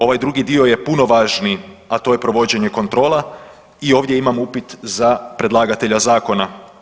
Ovaj drugi dio je puno važniji, a to je provođenje kontrola i ovdje imam upit za predlagatelja zakona.